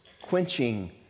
quenching